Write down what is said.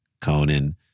Conan